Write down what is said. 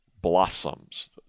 blossoms